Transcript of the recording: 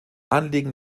anliegen